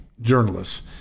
journalists